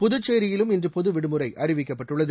புதுச்சேரியிலும் இன்று பொது விடுமுறை அறிவிக்கப்பட்டுள்ளது